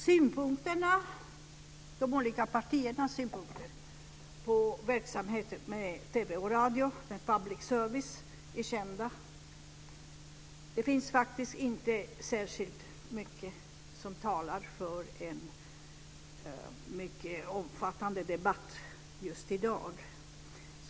Herr talman! De olika partiernas synpunkter på verksamheten med TV och radio, med public service, är kända. Det finns faktiskt inte särskilt mycket som talar för en omfattande debatt just i dag.